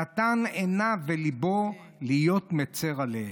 נתן עיניו וליבו להיות מצר עליהם.